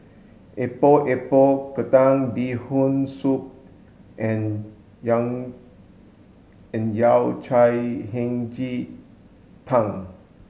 Epok Epok Kentang bee hoon soup and Yao Cai Hei Ji Tang